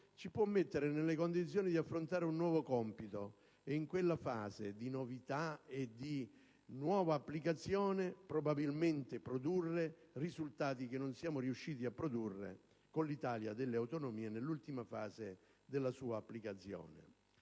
ci può mettere nelle condizioni di affrontare un nuovo compito, e in quella fase di novità e di nuova applicazione, probabilmente si potranno produrre risultati che non siamo riusciti a produrre con l'Italia delle autonomie nell'ultima fase della sua applicazione.